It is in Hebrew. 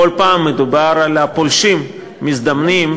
בכל פעם מדובר על פולשים מזדמנים,